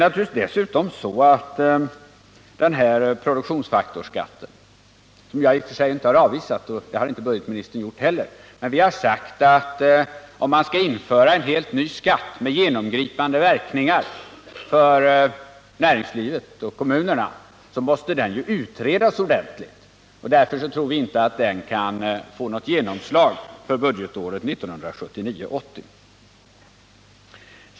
När det gäller produktionsfaktorsskatten, som jag i och för sig inte har avvisat — och det har inte budgetministern gjort heller — har vi sagt att om man skall införa en helt ny skatt med genomgripande verkningar för näringslivet och kommunerna, så måste den utredas ordentligt. Därför tror vi inte att den kan få något genomslag för budgetåret 1979/80.